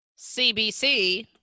CBC